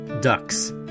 ducks